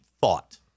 thought